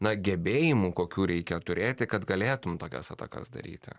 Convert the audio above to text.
na gebėjimų kokių reikia turėti kad galėtum tokias atakas daryti